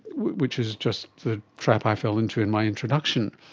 which is just the trap i fell into in my introduction.